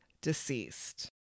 deceased